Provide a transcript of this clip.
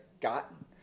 gotten